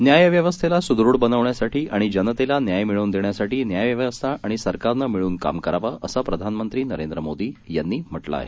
न्यायव्यवस्थेलासुदृढबनवण्यासाठीआणिजनतेलान्यायमिळवूनदेण्यासाठीन्यायव्यवस्थाआणिसरकारनंमिळूनकामकरावं असंप्रधानमंत्रीनरेंद्रमोदीयांनीम्हटलंआहे